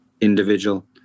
individual